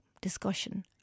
discussion